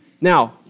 Now